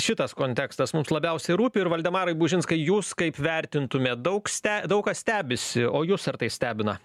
šitas kontekstas mums labiausiai rūpi ir valdemarai bužinskai jūs kaip vertintumėte daug ste daug kas stebisi o jus ar tai stebina